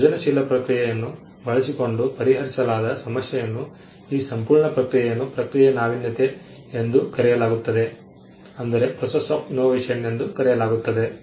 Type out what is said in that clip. ಸೃಜನಶೀಲ ಪ್ರಕ್ರಿಯೆಯನ್ನು ಬಳಸಿಕೊಂಡು ಪರಿಹರಿಸಲಾದ ಸಮಸ್ಯೆಯನ್ನು ಈ ಸಂಪೂರ್ಣ ಪ್ರಕ್ರಿಯೆಯನ್ನು ಪ್ರಕ್ರಿಯೆ ನಾವೀನ್ಯತೆ ಎಂದು ಕರೆಯಲಾಗುತ್ತದೆ